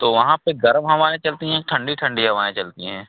तो वहाँ पर गर्म हवाएँ चलती हैं ठंडी ठंडी हवाएँ चलती हैं